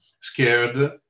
scared